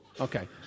Okay